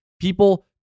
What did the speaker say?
People